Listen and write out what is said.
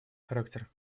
характер